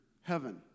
heaven